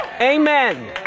amen